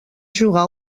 jugar